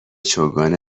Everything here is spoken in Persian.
چوگان